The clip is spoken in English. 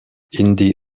indy